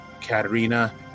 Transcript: Katerina